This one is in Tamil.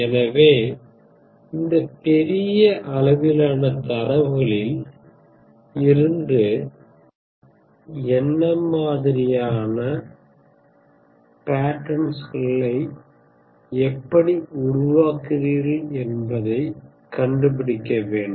எனவே இந்த பெரிய அளவிலான தரவுகளில் இருந்து என்ன மாதிரியான பேட்டேர்ன்ஸ் களை எப்படி உருவாக்குகிறீர்கள் என்பதை கண்டுபிடிக்க வேண்டும்